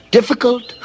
Difficult